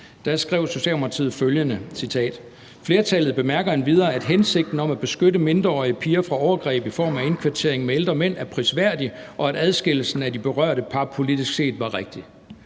rigsretssagen, skrev følgende: »Flertallet bemærker endvidere, at hensigten om at beskytte mindreårige piger fra overgreb i form af indkvartering med ældre mænd er prisværdig og at adskillelsen af de berørte par politisk set var rigtig.«